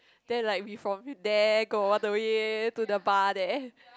then like we from there go all the way to the bar there